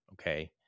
Okay